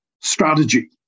strategy